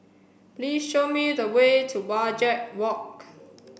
please show me the way to Wajek Walk